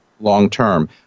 long-term